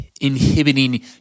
inhibiting